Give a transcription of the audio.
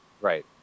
Right